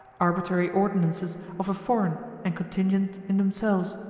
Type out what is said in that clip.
arbitrary ordinances of a foreign and contingent in themselves,